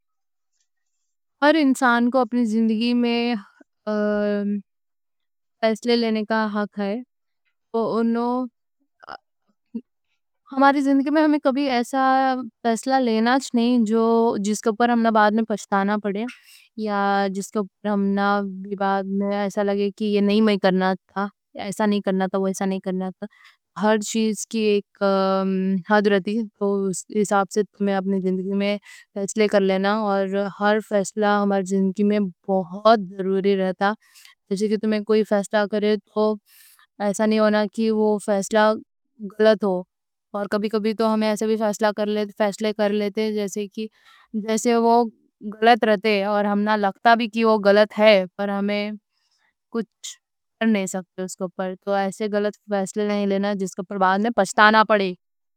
ہر انسان کو اپنی زندگی میں فیصلے لینے کا حق ہے ہماری زندگی میں ہمنا کبھی ایسا فیصلہ لینا نہیں جس پے ہمنا بعد میں پچھتانا پڑے یا جس پے ہمنا بعد میں ایسا لگے کہ یہ نہیں میں کرنا تھا، ایسا نہیں کرنا تھا ہر چیز کی ایک حد رہتی ہے، اس حساب سے تمہیں اپنی زندگی میں فیصلے کر لینا ہر فیصلہ ہماری زندگی میں بہت ضروری رہتا جیسے کہ تمہیں کوئی فیصلہ کرے تو ایسا نہیں ہونا کہ وہ فیصلہ غلط ہو اور کبھی کبھی ہمنا ایسے بھی فیصلے کر لیتے جیسے وہ غلط رہتے اور ہمنا لگتا بھی کہ وہ غلط ہے پر ہم کچھ کر نہیں سکتے اس پے تو ایسے غلط فیصلے نہیں لینا جس پے بعد میں پچھتانا پڑے